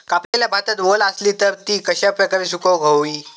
कापलेल्या भातात वल आसली तर ती कश्या प्रकारे सुकौक होई?